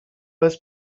bez